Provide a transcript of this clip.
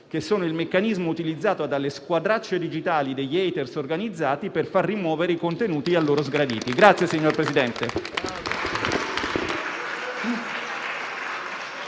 che sono il meccanismo utilizzato dalle squadracce digitali degli *hater* organizzati per far rimuovere i contenuti a loro sgraditi.